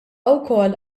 wkoll